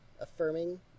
affirming